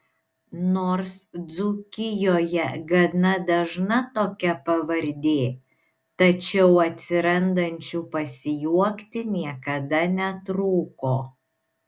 nors dzūkijoje gana dažna tokia pavardė tačiau atsirandančių pasijuokti niekada netrūko